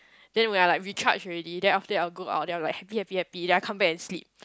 then when I'm like recharged already then after that I'll go then I'll like happy happy happy then come back and sleep